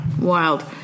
Wild